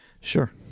Sure